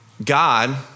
God